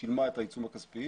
היא שילמה את העיצום הכספי,